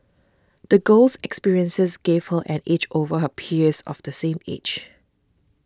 the girl's experiences gave her an edge over her peers of the same age